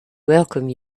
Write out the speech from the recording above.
welcome